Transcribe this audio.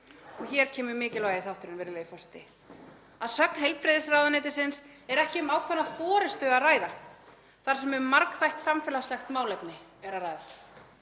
og hér kemur mikilvægi þátturinn, virðulegi forseti — „Að sögn heilbrigðisráðuneytis er ekki um ákveðna forystu að ræða þar sem um margþætt samfélagslegt málefni er að ræða.“